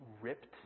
ripped